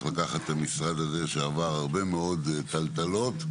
לקחת את המשרד הזה שעבר הרבה מאוד טלטלות.